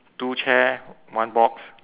two chair one box